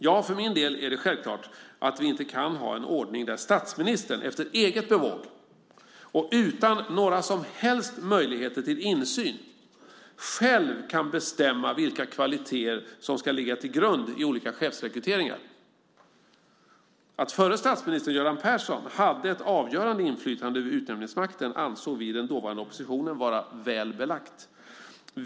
Ja, för min del är det självklart att vi inte kan ha en ordning där statsministern efter eget bevåg och utan några som helst möjligheter till insyn själv kan bestämma vilka kvaliteter som ska ligga till grund för olika chefsrekryteringar. Att förre statsministern Göran Persson hade ett avgörande inflytande över utnämningsmakten ansåg vi i den dåvarande oppositionen vara väl belagt.